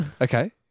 Okay